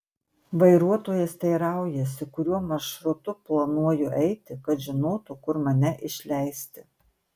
vairuotojas teiraujasi kuriuo maršrutu planuoju eiti kad žinotų kur mane išleisti